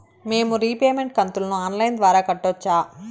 మేము రీపేమెంట్ కంతును online ద్వారా కట్టొచ్చా